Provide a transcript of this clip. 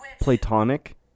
platonic